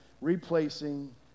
replacing